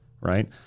right